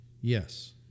Yes